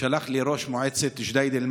שלח לי ראש מועצת ג'דיידה-מכר